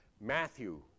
Matthew